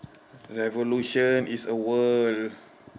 revolution is a world